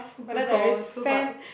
too cold too hot